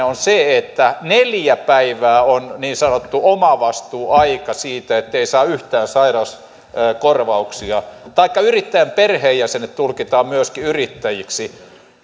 on se että neljä päivää on niin sanottu omavastuuaika siinä ettei saa yhtään sairauskorvauksia taikka se että myöskin yrittäjän perheenjäsenet tulkitaan yrittäjiksi